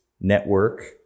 Network